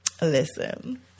Listen